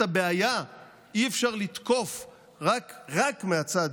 את הבעיה אי-אפשר לתקוף רק מהצד